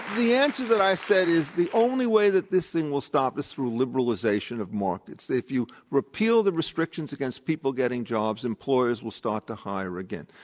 the answer that i said is, the only way this thing will stop is through liberalization of markets. if you repeal the restrictions against people getting jobs, employers will start to hire again.